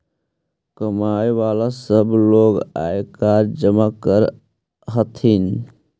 कमाय वला सब लोग आयकर जमा कर हथिन